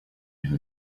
who